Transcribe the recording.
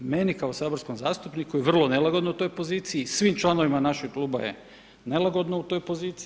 Meni kao saborskom zastupniku je vrlo nelagodno u toj poziciji i svim članovima našeg kluba je nelagodno u toj poziciji.